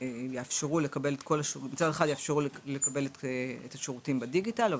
שמצד אחד יאפשרו לקבל את השירותים בדיגיטל אבל